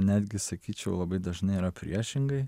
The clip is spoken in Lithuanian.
netgi sakyčiau labai dažnai yra priešingai